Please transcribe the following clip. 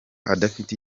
adafite